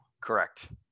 Correct